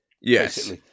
Yes